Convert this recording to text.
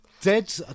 dead